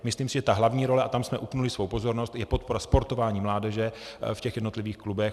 Myslím si, že ta hlavní role, a tam jsme upnuli svou pozornost, je podpora sportování mládeže v těch jednotlivých klubech.